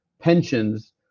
pensions